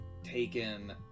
taken